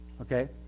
okay